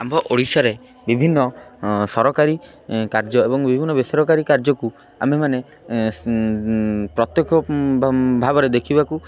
ଆମ୍ଭ ଓଡ଼ିଶାରେ ବିଭିନ୍ନ ସରକାରୀ କାର୍ଯ୍ୟ ଏବଂ ବିଭିନ୍ନ ବେସରକାରୀ କାର୍ଯ୍ୟକୁ ଆମ୍ଭେମାନେ ପ୍ରତ୍ୟକ୍ଷ ଭାବରେ ଦେଖିବାକୁ